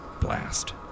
Blast